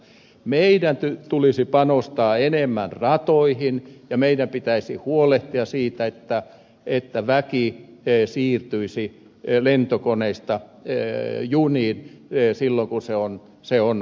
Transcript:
meidän tulisi panostaa enemmän ratoihin ja meidän pitäisi huolehtia siitä että väki siirtyisi lentokoneista juniin silloin kun se on mahdollista